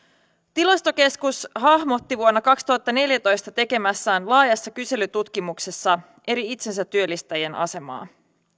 tilastokeskus hahmotti vuonna kaksituhattaneljätoista tekemässään laajassa kyselytutkimuksessa eri itsensätyöllistäjien asemaa